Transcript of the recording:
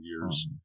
years